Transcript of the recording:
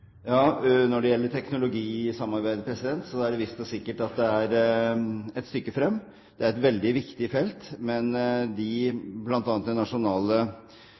Når det gjelder teknologisamarbeid, er det sikkert og visst at det er et stykke frem. Det er et veldig viktig felt, men bl.a. de nasjonale instansene som skal ivareta det